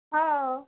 हो